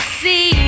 see